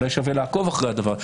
אולי שווה לעקוב אחרי הדבר הזה.